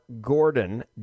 Gordon